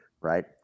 right